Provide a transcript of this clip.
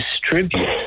distribute